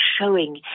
showing